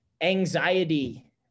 anxiety